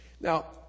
Now